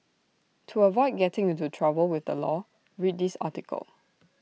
to avoid getting into trouble with the law read this article